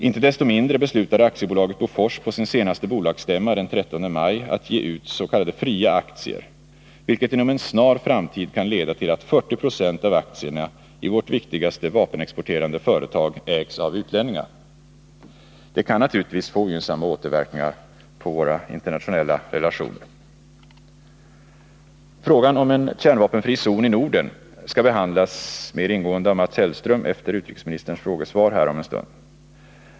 Inte desto mindre beslutade AB Bofors på sin senaste bolagsstämma den 13 maj att ge ut s.k. fria aktier, vilket inom en snar framtid kan leda till att 40 96 av aktierna i vårt viktigaste vapenexporterande företag ägs av utlänningar. Det kan naturligtvis få ogynnsamma återverkningar på våra internationella relationer. Frågan om en kärnvapenfri zon i Norden skall behandlas mer ingående av Mats Hellström efter utrikesministerns frågesvar här om en stund.